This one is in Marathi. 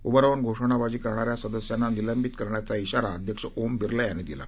उभं राहून घोषणाबाजी करणाऱ्या सदस्यांना निलंबित करण्याचा इशारा अध्यक्ष ओम बिर्ला यांनी दिला